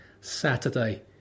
Saturday